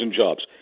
jobs